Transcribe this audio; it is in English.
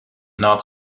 not